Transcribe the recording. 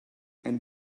and